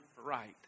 right